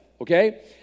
okay